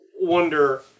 wonder